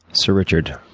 so richard,